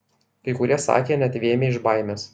kai kurie sakė net vėmę iš baimės